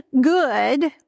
good